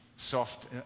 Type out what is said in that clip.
soft